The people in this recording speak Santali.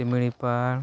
ᱥᱤᱢᱲᱤᱯᱟ